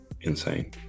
insane